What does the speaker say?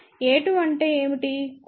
a2 అంటే ఏమిటో కూడా మనకు తెలుసు